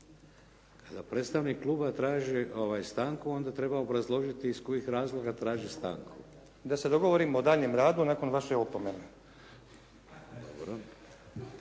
Kada predstavnik Kluba traži stanku onda treba obrazložiti iz kojih razloga traži stanku. **Stazić, Nenad (SDP)** Da se dogovorimo o daljnjem radu nakon vaše opomene.